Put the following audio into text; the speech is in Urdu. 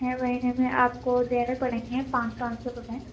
چھ مہینے میں آپ کو دینے پڑیں گے پانچ پانچ سو روپے